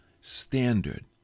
standard